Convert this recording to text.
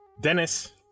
Dennis